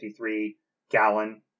53-gallon